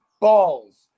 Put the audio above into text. balls